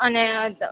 અને